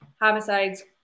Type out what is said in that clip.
homicides